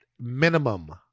minimum